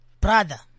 Brother